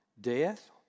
death